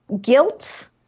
guilt